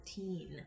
14